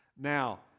Now